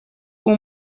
اون